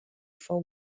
fou